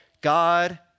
God